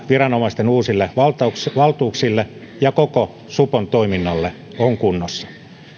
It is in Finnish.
viranomaisten uusille valtuuksille valtuuksille ja koko supon toiminnalle on kunnossa